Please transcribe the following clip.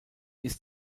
ist